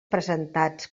presentats